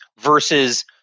versus